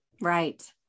Right